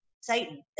Satan